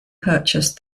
purchased